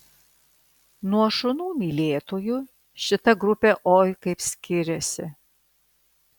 nuo šunų mylėtojų šita grupė oi kaip skiriasi